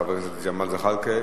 חבר הכנסת ג'מאל זחאלקה.